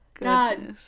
god